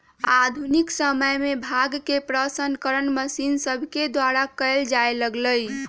आधुनिक समय में भांग के प्रसंस्करण मशीन सभके द्वारा कएल जाय लगलइ